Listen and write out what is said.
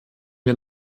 wir